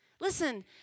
Listen